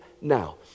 now